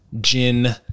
Gin